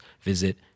visit